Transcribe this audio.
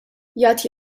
jagħti